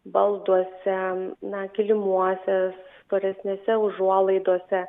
balduose na kilimuose storesnėse užuolaidose